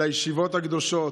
לישיבות הקדושות,